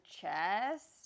chest